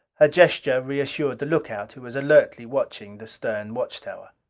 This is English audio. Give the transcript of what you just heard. her gesture reassured the lookout, who was alertly watching the stern watchtower.